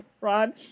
Ron